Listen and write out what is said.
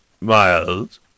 miles